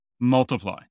multiply